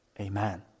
Amen